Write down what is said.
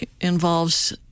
involves